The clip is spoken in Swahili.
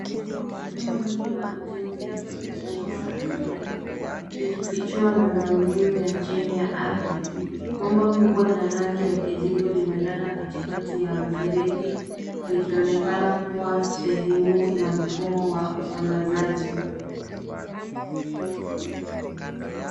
Simo refu la ujenzi limechimbwa ardhini likifichua miundo mbinu ya chini ya ardhi. Bomba kubwa la rangi ya kijivu limelala katikati ya mfereji likionekana kuwa sehemu ya mfumo wa usambazaji.